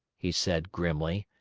he said grimly.